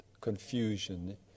confusion